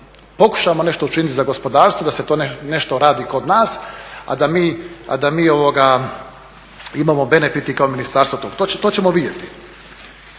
da pokušamo nešto učiniti za gospodarstvo, da se to nešto radi kod nas a da mi imamo benefite i kao ministarstvo. To ćemo vidjeti.